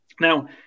Now